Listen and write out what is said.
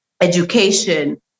education